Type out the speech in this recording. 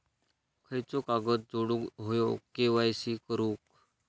खयचो कागद जोडुक होयो के.वाय.सी करूक?